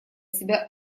себя